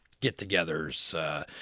get-togethers